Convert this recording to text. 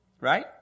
right